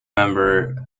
member